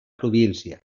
província